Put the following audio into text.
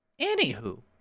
Anywho